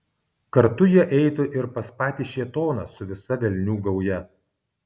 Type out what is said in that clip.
kartu jie eitų ir pas patį šėtoną su visa velnių gauja